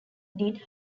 did